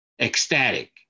ecstatic